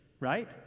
right